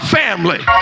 family